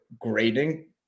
grading